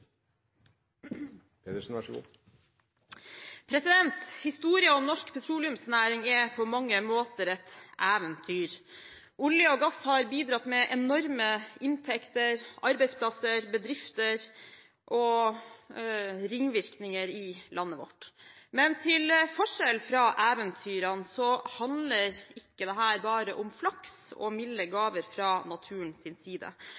på mange måter et eventyr. Olje og gass har bidratt med enorme inntekter, arbeidsplasser, bedrifter og ringvirkninger i landet vårt. Men til forskjell fra eventyrene handler ikke dette bare om flaks og milde gaver fra naturens side;